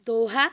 Doha